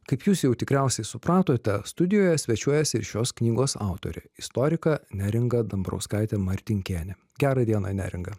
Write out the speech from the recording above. kaip jūs jau tikriausiai supratote studijoje svečiuojasi ir šios knygos autorė istorika neringa dambrauskaitė martinkienė gerą dieną neringa